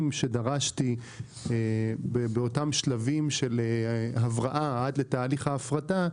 שדרשתי באותם שלבים של הבראה עד לתהליך ההפרטה,